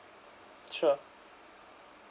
sure